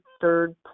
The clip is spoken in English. third